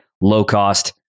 low-cost